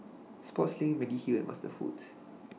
Sportslink Mediheal and MasterFoods